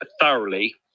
thoroughly